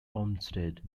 olmsted